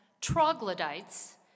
troglodytes